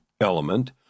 element